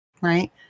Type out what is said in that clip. right